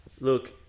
Look